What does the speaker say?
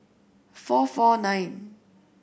four four nine